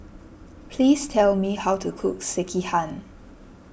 please tell me how to cook Sekihan